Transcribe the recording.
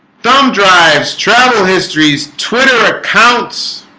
thumb drives travel histories twitter accounts